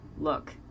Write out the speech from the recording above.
Look